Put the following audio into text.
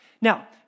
Now